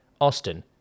Austin